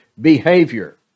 Behavior